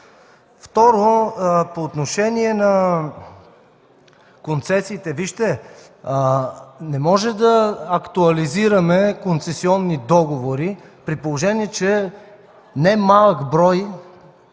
Второ, по отношение на концесиите. Не може да актуализираме концесионни договори, при положение че немалък брой